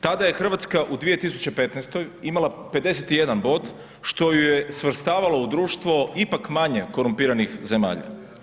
Tada je Hrvatska u 2015. imala 51 bod što ju je svrstavalo u društvo ipak manje korumpiranih zemalja.